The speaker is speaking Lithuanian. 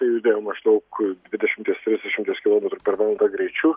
ir judėjo maždaug dvidešimties trisdešimties kilometrų per valandą greičiu